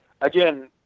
Again